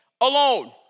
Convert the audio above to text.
alone